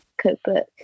cookbook